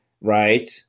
right